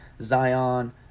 Zion